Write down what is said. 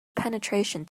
penetration